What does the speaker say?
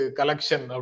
collection